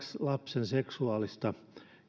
lapsen seksuaalista